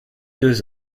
deux